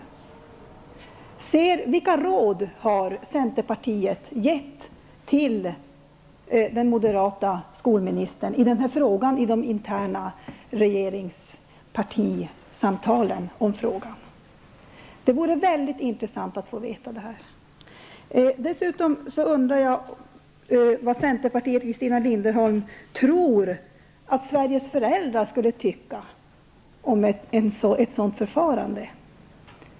Vilka råd har centerpartiet gett till den moderata skolministern i denna fråga vid de interna regeringspartisamtalen? Det vore mycket intressant att få veta det. Dessutom undrar jag vad Christina Linderholm och centern tror att Sveriges föräldrar skulle tycka om ett sådant förfarande.